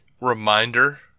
reminder